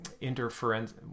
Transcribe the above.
interference